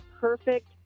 perfect